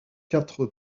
quatre